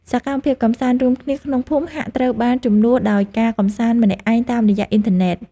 សកម្មភាពកម្សាន្តរួមគ្នាក្នុងភូមិហាក់ត្រូវបានជំនួសដោយការកម្សាន្តម្នាក់ឯងតាមរយៈអ៊ិនធឺណិត។